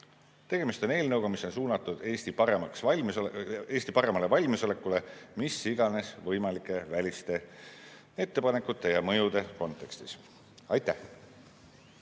Tegemist on eelnõuga, mis on suunatud Eesti paremale valmisolekule mis iganes võimalike väliste ettepanekute ja mõjude kontekstis. Riho